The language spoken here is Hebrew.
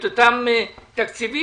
את אותם תקציבים,